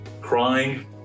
crying